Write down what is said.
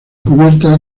cubierta